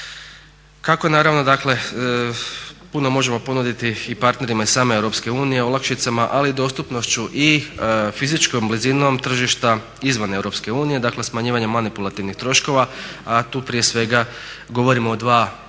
Kako naravno dakle puno možemo ponuditi i partnerima iz same EU olakšicama ali i dostupnošću i fizičkom blizinom tržišta izvan EU, dakle smanjivanjem manipulativnih troškova a tu prije svega govorimo o dva relativno